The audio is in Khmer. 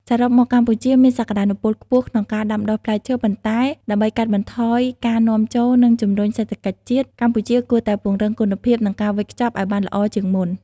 សរុបមក កម្ពុជាមានសក្តានុពលខ្ពស់ក្នុងការដាំដុះផ្លែឈើ ប៉ុន្តែដើម្បីកាត់បន្ថយការនាំចូល និងជំរុញសេដ្ឋកិច្ចជាតិ កម្ពុជាគួរតែពង្រឹងគុណភាព និងការវេចខ្ចប់ឲ្យបានល្អជាងមុន។